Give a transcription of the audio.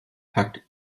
packt